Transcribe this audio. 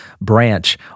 branch